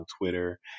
Twitter